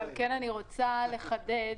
אני רוצה לחדד.